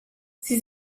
sie